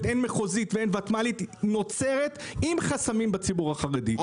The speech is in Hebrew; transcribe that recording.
הן מחוזית והן ותמ"לית נוצרת עם חסמים בציבור החרדי.